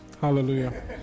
hallelujah